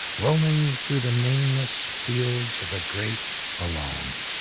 rolling through the nameless fields of the great alone.